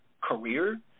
career